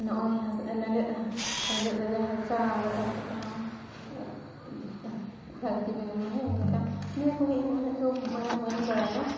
ᱱᱚᱜᱼᱚᱭ ᱦᱟᱥᱟ ᱞᱮᱸᱰᱮᱫ ᱞᱮᱸᱰᱮᱫ ᱨᱮ ᱡᱟᱦᱟᱸ ᱦᱟᱥᱟ ᱨᱟᱠᱟᱵ ᱠᱟᱛᱮᱫ ᱱᱚᱜᱼᱚᱭ ᱫᱷᱟᱹᱨᱛᱤ ᱵᱮᱱᱟᱣ ᱱᱟ ᱤᱱᱟᱹᱛᱟᱭᱚᱢ ᱱᱤᱭᱟᱹ ᱠᱚᱜᱮ ᱤᱧ ᱩᱱᱟᱹᱜ ᱫᱚ ᱢᱟᱱᱮ ᱵᱟᱹᱧ ᱵᱟᱰᱟᱭᱟ